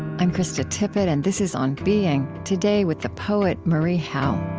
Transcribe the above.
i'm krista tippett, and this is on being. today, with the poet marie howe